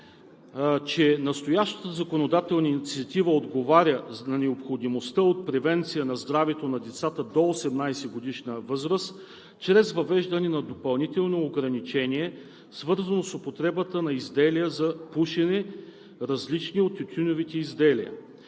че настоящата законодателна инициатива отговаря на необходимостта от превенция на здравето на децата до 18-годишна възраст чрез въвеждане на допълнително ограничение, свързано с употреба на изделия за пушене, различни от тютюневите изделия.